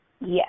Yes